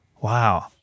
Wow